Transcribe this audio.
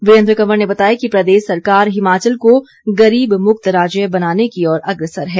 वीरेन्द्र कवर ने बताया कि प्रदेश सरकार हिमाचल को गरीब मुक्त राज्य बनाने की ओर अग्रसर है